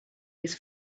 his